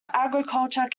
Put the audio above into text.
agriculture